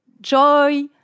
Joy